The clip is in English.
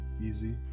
Easy